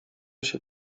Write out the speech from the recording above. się